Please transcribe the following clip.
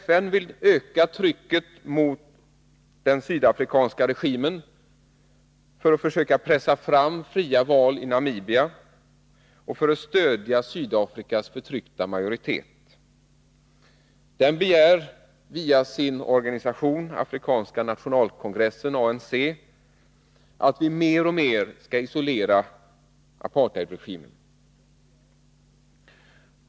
FN vill öka trycket mot den sydafrikanska regimen för att försöka pressa fram fria val i Namibia och för att stödja Sydafrikas förtryckta majoritet. Den begär via sin organisation Afrikanska nationalkongressen, ANC, att vi mer och mer skall isolera apartheidregimen.